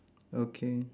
okay